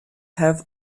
have